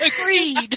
Agreed